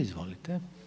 Izvolite.